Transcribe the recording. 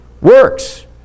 Works